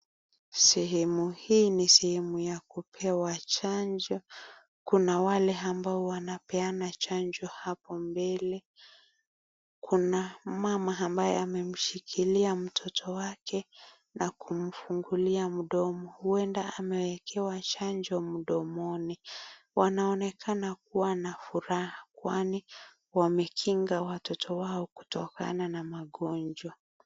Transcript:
Sehemu hii ni sehemu ya kupewa chanjo, kuna wale ambao wanapeana chanjo hapo mbele. Kuna mama ambae amemshikilia mtoto wake na kumfungulia mdomo huenda amewekewa chanjo mdomoni wanaonekana kuwa na furaha kwani wamekinga watoto wao kutokana na magonjwa.